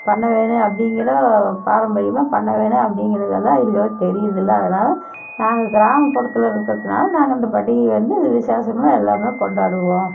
பண்ண வேணும் அப்படிங்கிற பாரம்பரியமாக பண்ண வேணும் அப்படிங்கிறதெல்லாம் இதுகளுக்கு தெரிகிறதில்ல அதனால் நாங்கள் கிராமப்புறத்தில் இருக்கறத்துனால் நாங்கள் அந்த பண்டிகையை வந்து விசேஷமாக எல்லாருமே கொண்டாடுவோம்